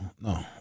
no